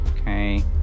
Okay